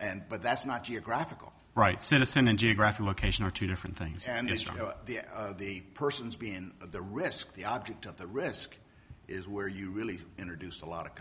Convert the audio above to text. and but that's not geographical right citizen and geographic location are two different things and they struck the persons being of the risk the object of the risk is where you really introduce a lot of